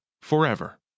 forever